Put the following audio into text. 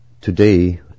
today